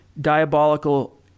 diabolical